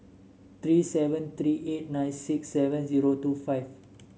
three seven three eight nine six seven zero two five